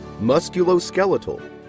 musculoskeletal